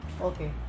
Okay